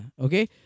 Okay